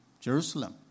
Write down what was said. Jerusalem